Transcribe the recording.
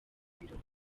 ibirori